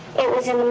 it was in